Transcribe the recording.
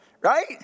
Right